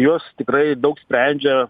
jos tikrai daug sprendžia